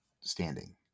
standing